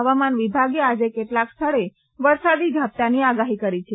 હવામાન વિભાગે આજે કેટલાક સ્થળે વરસાદી ઝાપટાની આગાહી કરી છે